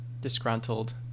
disgruntled